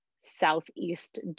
southeast